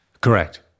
Correct